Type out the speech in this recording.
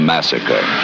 Massacre